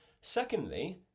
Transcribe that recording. Secondly